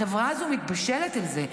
החברה הזו מתבשלת על זה.